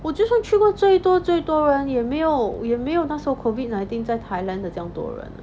我就算去过最多最多人也没有也没有那时候 COVID nineteen 在 thailand 的这样多人